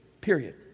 period